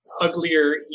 uglier